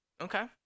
okay